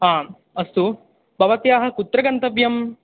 आ अस्तु भवत्याः कुत्र गन्तव्यं